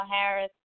Harris